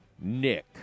Nick